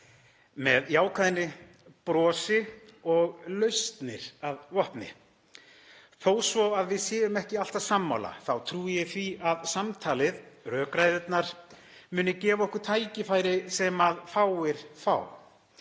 með jákvæðni, bros og lausnir að vopni. Þó svo að við séum ekki alltaf sammála þá trúi ég því að samtalið, rökræðurnar, muni gefa okkur tækifæri sem fáir fá